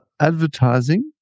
advertising